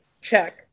check